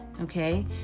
okay